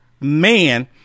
man